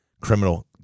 criminal